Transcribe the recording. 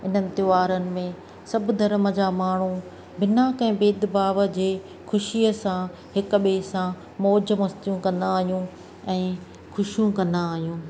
हुननि त्योहारनि में सभु धरम जा माण्हूं ॿिना कंहिं भेदभाव जे ख़ुशीअ सां हिक ॿिए सां मौज मस्तियूं कंदा आहियूं ऐं ख़ुशियूं कंदा आहियूं